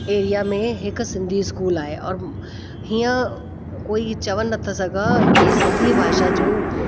area में हिकु Sindhi school आहे और हीअं कोई चवनि नथा सघां कि सिंधी भाषा जो